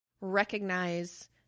recognize